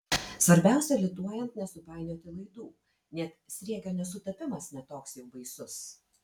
svarbiausia lituojant nesupainioti laidų net sriegio nesutapimas ne toks jau baisus